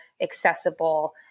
accessible